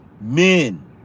men